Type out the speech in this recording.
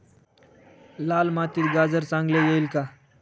लाल मातीत गाजर चांगले येईल का?